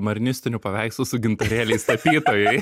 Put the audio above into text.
marinistinių paveikslų su gintarėliais tapytojai